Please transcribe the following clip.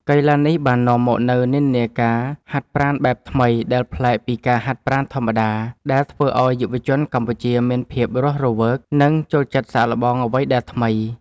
កីឡានេះបាននាំមកនូវនិន្នាការហាត់ប្រាណបែបថ្មី ដែលប្លែកពីការហាត់ប្រាណធម្មតា ដែលធ្វើឱ្យយុវជនកម្ពុជាមានភាពរស់រវើក និងចូលចិត្តសាកល្បងអ្វីដែលថ្មី។